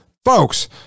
Folks